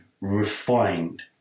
refined